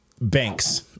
banks